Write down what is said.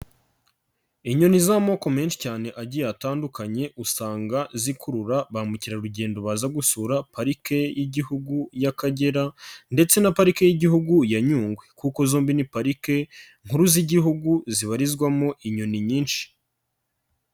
Inyoni z'amoko menshi cyane agiye atandukanye, usanga zikurura ba mukerarugendo baza gusura parike y'igihugu y'Akagera ndetse na parikeki y'igihugu ya Nyungwe kuko zombi ni parike nkuru z'igihugu, zibarizwamo inyoni nyinshi.